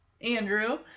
Andrew